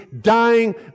dying